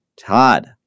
Todd